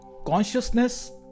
Consciousness